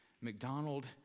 McDonald